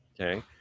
Okay